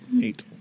Eight